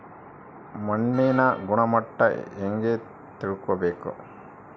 ಮಣ್ಣಿನ ಗುಣಮಟ್ಟ ಹೆಂಗೆ ತಿಳ್ಕೊಬೇಕು?